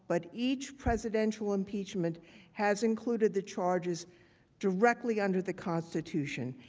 but each presidential impeachment has included the charges directly under the constitution.